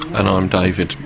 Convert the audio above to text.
and i'm david,